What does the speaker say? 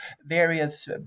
various